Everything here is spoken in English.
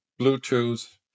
Bluetooth